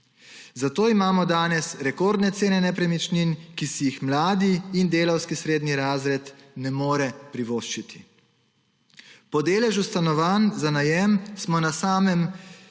Zato imamo danes rekordne cene nepremičnin, ki si jih mladi in delavski srednji razred ne morejo privoščiti. Po deležu stanovanj za najem smo na samem